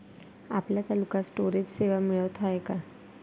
आपल्या तालुक्यात स्टोरेज सेवा मिळत हाये का?